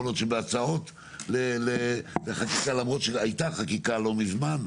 יכול להיות שבהצעות לחקיקה למרות שהייתה חקיקה לא מזמן.